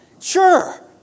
Sure